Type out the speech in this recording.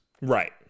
Right